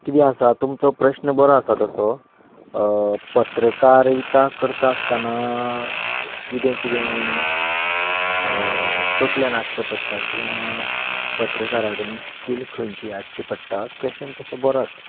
कितें आसा तुमचो प्रस्न बरो आसा तसो पत्रकारीता करता आसतना कितें कितें तकलेंत हाडचें पडटा किंवा पत्रकारा कडेन स्कील खंयची आसची पडटा क्वेस्चन तसो बरो आसा